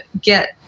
get